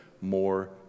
more